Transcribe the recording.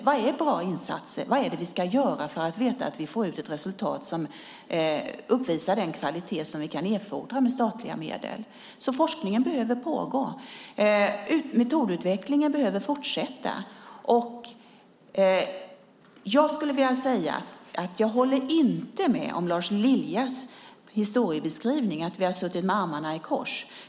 Vad är bra insatser? Vad är det vi ska göra för att vi ska få ut ett resultat av den kvalitet som vi kan fordra med statliga medel? Forskningen behöver pågå, och metodutvecklingen behöver fortsätta. Jag håller inte med om Lars Liljas historiebeskrivning, att vi har suttit med armarna i kors.